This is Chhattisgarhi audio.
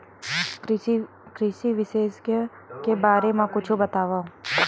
कृषि विशेषज्ञ के बारे मा कुछु बतावव?